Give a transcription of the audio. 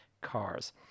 cars